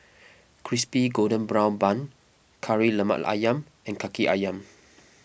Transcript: Crispy Golden Brown Bun Kari Lemak Ayam and Kaki Ayam